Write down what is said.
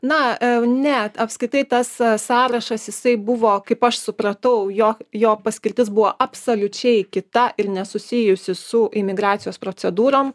na a ne apskritai tas a sąrašas jisai buvo kaip aš supratau jog jo paskirtis buvo absoliučiai kita ir nesusijusi su imigracijos procedūrom